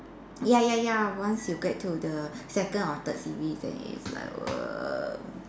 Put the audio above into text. ya ya ya once you get to the second or third series then it's like err